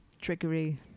trickery